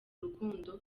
rukundo